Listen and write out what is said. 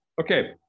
okay